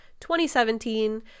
2017